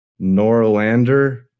Norlander